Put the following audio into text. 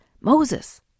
Moses